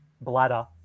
bladder